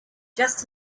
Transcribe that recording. just